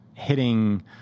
hitting